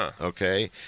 Okay